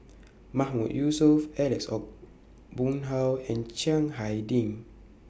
Mahmood Yusof Alex Ong Boon Hau and Chiang Hai Ding